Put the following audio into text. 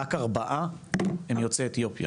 רק 4 הם יוצאי אתיופיה.